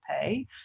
pay